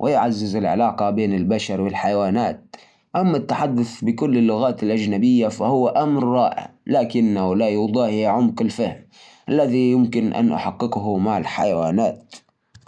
وأفهم الناس وأتعرف على ثقافتهم بدون أي مشاكل يمكن أميل اللغات لأنها تفتح لي أبواب أكثر